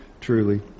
truly